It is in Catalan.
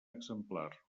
exemplar